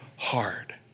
hard